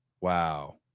Wow